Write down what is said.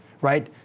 right